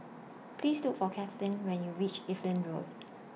Please Look For Katlin when YOU REACH Evelyn Road